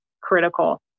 critical